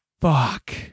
Fuck